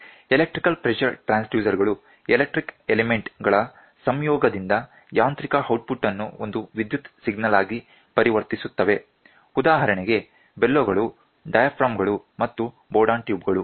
electric pressure transducer ಗಳು elastic element ಗಳ ಸಂಯೋಗದೊಂದಿಗೆ ಯಾಂತ್ರಿಕ ಔಟ್ಪುಟ್ ಅನ್ನು ಒಂದು ವಿದ್ಯುತ್ ಸಿಗ್ನಲ್ಆಗಿ ಪರಿವರ್ತಿಸುತ್ತವೆ ಉದಾಹರಣೆಗೆ ಬೆಲೋಗಳು ಡಯಾಫ್ರಾಮ್ ಗಳು ಮತ್ತು ಬೋರ್ಡನ್ ಟ್ಯೂಬ್ ಗಳು